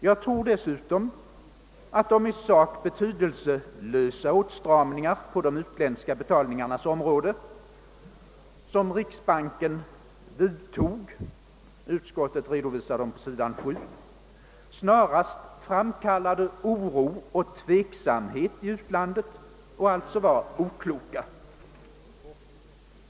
Jag tror dessutom att de i sak betydelselösa åtstramningar på de utländska betalningarnas område, som riksbanken vidtog — utskottet redovisar dem på s. 7 — snarast framkallade oro och tveksamhet i utlandet och alltså var okloka.